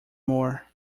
more